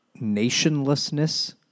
nationlessness